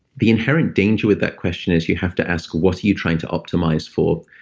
the inherent danger with that question is you have to ask, what are you trying to optimize for?